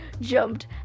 jumped